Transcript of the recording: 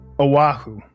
Oahu